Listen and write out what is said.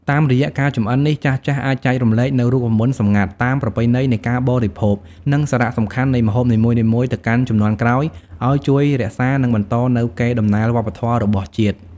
តាមរយៈការចម្អិននេះចាស់ៗអាចចែករំលែកនូវរូបមន្តសម្ងាត់ តាមប្រពៃណីនៃការបរិភោគ និងសារៈសំខាន់នៃម្ហូបនីមួយៗទៅកាន់ជំនាន់ក្រោយអោយជួយរក្សា និងបន្តនូវកេរដំណែលវប្បធម៌របស់ជាតិ ។